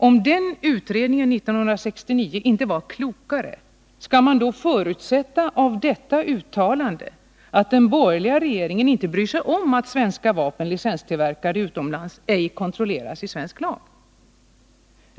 Om den utredningen inte var klokare, skall man av detta uttalande förstå att den borgerliga regeringen inte bryr sig om att svenska vapen, licenstillverkade utomlands, ej kontrolleras i svensk lag?